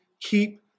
Keep